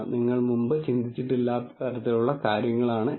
നിങ്ങൾ മുമ്പ് ചിന്തിച്ചിട്ടില്ലാത്ത തരത്തിലുള്ള കാര്യങ്ങളാണിവ